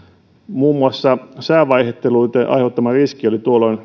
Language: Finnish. muun muassa säävaihteluiden aiheuttama riski oli tuolloin